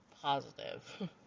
positive